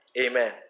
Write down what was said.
Amen